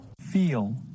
Feel